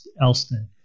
Elston